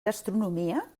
gastronomia